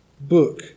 book